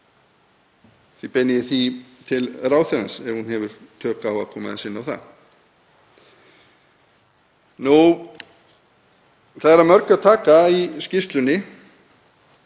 Því beini ég því til ráðherrans, ef hún hefur tök á að koma aðeins inn á það. Það er af mörgu að taka í skýrslunni.